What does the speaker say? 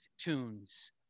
Tunes